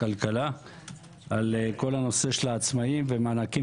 הכלכלה על כול הנושא של העצמאים והמענקים